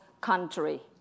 country